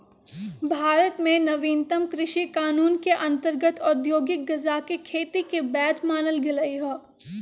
भारत में नवीनतम कृषि कानून के अंतर्गत औद्योगिक गजाके खेती के वैध मानल गेलइ ह